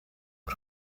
por